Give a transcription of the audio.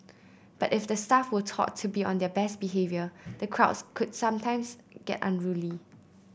but if the staff were taught to be on their best behaviour the crowds could some times get unruly